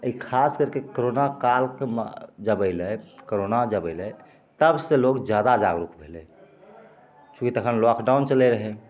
एहि खास करिके कोरोना कालमे जब अएलै कोरोना जब अएलै तबसे लोक जादा जागरूक भेलै चूँकि तखन लॉकडाउन चलै रहै